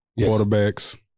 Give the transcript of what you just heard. quarterbacks